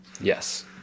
Yes